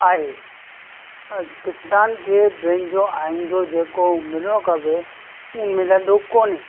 आहे अॼु किसान खे पंहिंजो आईंदो जेको मिलिणो खपे उहा मिलंदो कोन्हे